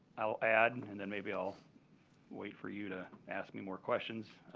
i'll add and then maybe i'll wait for you to ask me more questions.